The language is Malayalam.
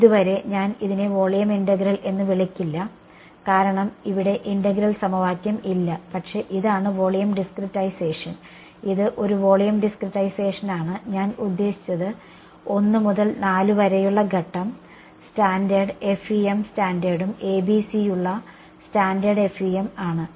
ഇതുവരെ ഞാൻ ഇതിനെ വോളിയം ഇന്റഗ്രൽ എന്ന് വിളിക്കില്ല കാരണം ഇവിടെ ഇന്റഗ്രൽ സമവാക്യം ഇല്ല പക്ഷേ ഇതാണ് വോളിയം ഡിസ്ക്രെറ്റൈസേഷൻ ഇത് ഒരു വോളിയം ഡിസ്ക്രിറ്റൈസേഷനാണ് ഞാൻ ഉദ്ദേശിച്ചത് 1 മുതൽ 4 വരെയുള്ള ഘട്ടം സ്റ്റാൻഡേർഡ് FEM സ്റ്റാൻഡേർഡും ABC യുള്ള സ്റ്റാൻഡേർഡ് FEM ആണ്